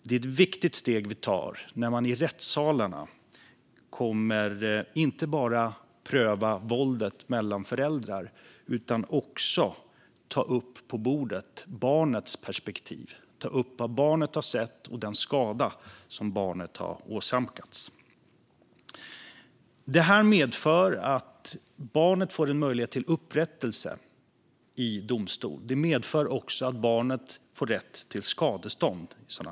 Det är ett viktigt steg vi tar när man i rättssalarna inte bara kommer att pröva våldet mellan föräldrar utan också ta upp på bordet barnets perspektiv, vad barnet har sett och den skada som barnet har åsamkats. Detta medför att barnet får möjlighet till upprättelse i domstol, och det medför också att barnet får rätt till skadestånd.